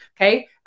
Okay